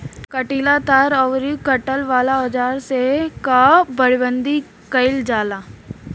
कंटीला तार अउरी काटे वाला औज़ार से खेत कअ बाड़ेबंदी कइल जाला